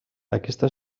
aquesta